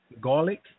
Garlic